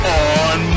on